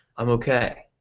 i'm ok.